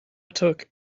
took